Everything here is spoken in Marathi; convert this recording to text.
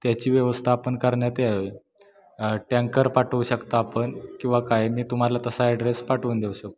त्याची व्यवस्था आपण करण्यात यावी टँकर पाठवू शकता आपण किंवा काय मी तुम्हाला तसा ॲड्रेस पाठवून देऊ शकतो